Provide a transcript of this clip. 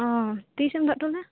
ᱳᱚ ᱛᱤᱥ ᱮᱢ ᱫᱚᱦᱚ ᱚᱴᱚ ᱞᱮᱫᱟ